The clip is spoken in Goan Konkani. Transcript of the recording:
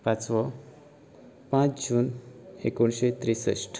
पांचवो पांच जून एकोणिशें त्रेसश्ट